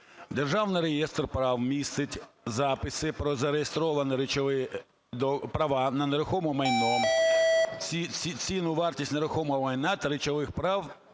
"Державний реєстр прав містить записи про зареєстровані речові права на нерухоме майно, ціну (вартість) нерухомого майна та речових прав